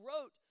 wrote